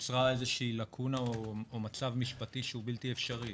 נוצרה איזו שהיא לקונה או מצב משפטי שהוא בלתי אפשרי